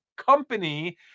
company